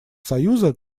союза